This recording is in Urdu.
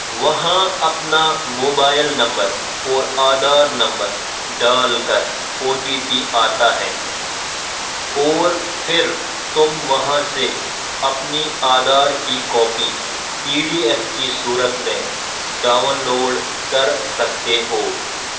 وہاں اپنا موبائل نمبر اور آدھار نمبر ڈال کر او ٹی پی آتا ہے اور پھر تم وہاں سے اپنی آدھار کی کاپی پی ڈی ایف کی صورت میں ڈاؤن لوڈ کر سکتے ہو